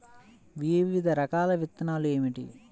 వివిధ రకాల విత్తనాలు ఏమిటి?